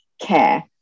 care